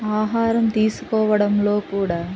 ఆహారం తీసుకోవడంలో కూడా